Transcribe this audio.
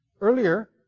Earlier